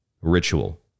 ritual